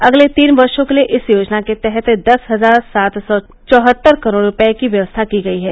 अगले तीन वर्षों के लिए इस योजना के तहत दस हजार सात सौ चौहत्तर करोड़ रूपये की व्यवस्था की गई है